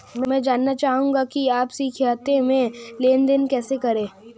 मैं जानना चाहूँगा कि आपसी खाते में लेनदेन कैसे करें?